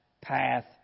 path